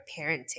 parenting